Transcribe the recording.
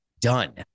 done